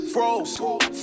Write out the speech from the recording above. Froze